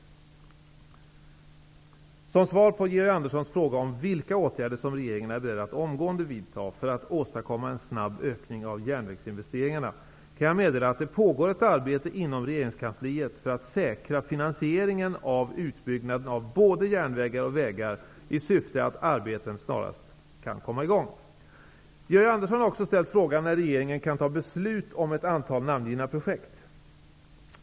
Som svar på Georg Anderssons fråga om vilka åtgärder regeringen är beredd att omgående vidta för att åstadkomma en snabb ökning av järnvägsinvesteringarna kan jag meddela att det pågår arbete inom regeringskansliet för att säkra finansieringen av utbyggnaden av både järnvägar och vägar i syfte att arbeten snarast kan komma igång. Georg Andersson har också ställt frågan när regeringen kan fatta beslut om ett antal namngivna projekt.